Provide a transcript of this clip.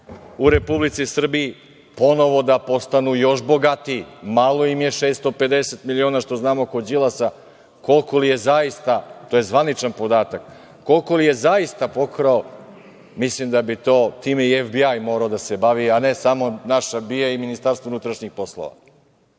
u Republici Srbiji, ponovo da postanu još bogatiji. Malo im je 650 miliona što znamo kod Đilasa, koliko li je zaista to je zvaničan podatak, koliko je zaista pokrao, mislim da bi time FBA morao da se bavi, a ne samo naš BIA i Ministarstvo unutrašnjih poslova. Mi